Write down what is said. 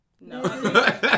no